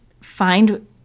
find